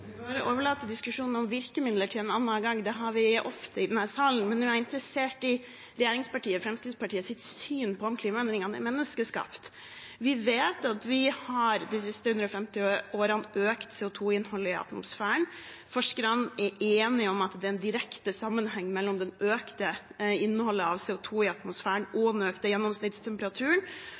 Vi får overlate diskusjonen om virkemidler til en annen gang. Den har vi ofte i denne salen. Nå er jeg interessert i regjeringspartiet Fremskrittspartiets syn på om klimaendringene er menneskeskapt. Vi vet at vi de siste 150 årene har økt CO 2 -innholdet i atmosfæren. Forskerne er enige om at det er en direkte sammenheng mellom det økte innholdet av CO 2 i atmosfæren og den økte gjennomsnittstemperaturen,